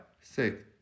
six